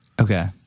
Okay